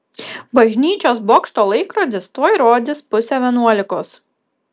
bažnyčios bokšto laikrodis tuoj rodys pusę vienuolikos